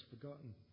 forgotten